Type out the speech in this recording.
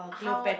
how